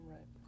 Right